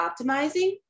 optimizing